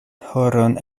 horon